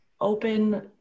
open